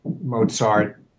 Mozart